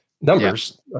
numbers